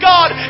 God